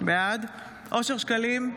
בעד אושר שקלים,